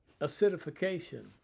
acidification